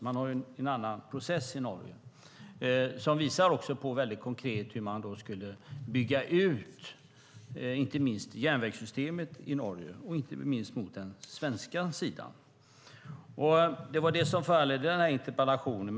Man har ju en annan process i Norge, som också visar väldigt konkret hur man skulle bygga ut järnvägssystemet i Norge, inte minst mot den svenska sidan. Det var det som föranledde den här interpellationen.